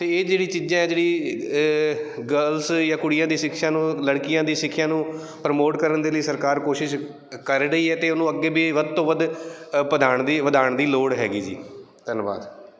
ਅਤੇ ਇਹ ਜਿਹੜੀਆਂ ਚੀਜ਼ਾਂ ਜਿਹੜੀ ਗਰਲਸ ਜਾਂ ਕੁੜੀਆਂ ਦੀ ਸ਼ਿਕਸ਼ਾ ਨੂੰ ਲੜਕੀਆਂ ਦੀ ਸਿੱਖਿਆ ਨੂੰ ਪ੍ਰਮੋਟ ਕਰਨ ਦੇ ਲਈ ਸਰਕਾਰ ਕੋਸ਼ਿਸ਼ ਕਰ ਰਹੀ ਹੈ ਅਤੇ ਉਹਨੂੰ ਅੱਗੇ ਵੀ ਵੱਧ ਤੋਂ ਵੱਧ ਵਧਾਉਣ ਵਧਾਉਣ ਦੀ ਲੋੜ ਹੈਗੀ ਜੀ ਧੰਨਵਾਦ